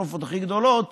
הקטסטרופות הכי גדולות,